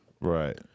Right